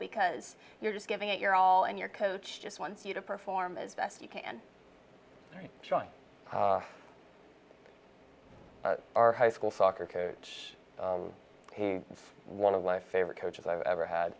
because you're just giving it your all and your coach just one you to perform is that you can join our high school soccer coach one of my favorite coaches i've ever had